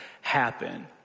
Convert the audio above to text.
happen